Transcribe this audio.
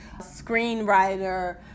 screenwriter